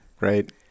Right